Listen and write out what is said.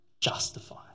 justify